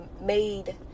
made